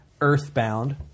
Earthbound